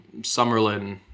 Summerlin